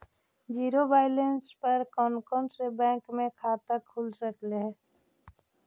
Zero balance पर कोन कोन बैंक में खाता खुल सकले हे?